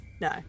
No